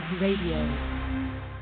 Radio